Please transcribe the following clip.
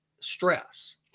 stress